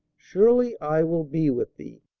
surely i will be with thee,